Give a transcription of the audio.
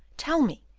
tell me,